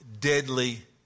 deadly